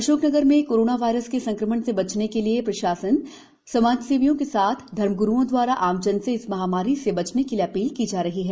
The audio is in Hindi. अशोकनगर में कोरोना वायरस के संक्रमण से बचने के लिए प्रशासन समाजसेवियों के साथ साथ धर्मग्रूओं द्वारा आमजन से इस महामारी से बचने के लिए अपील की जा रही हैं